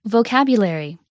Vocabulary